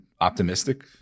optimistic